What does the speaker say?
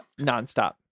nonstop